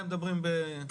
מדברים פה בתיאוריה.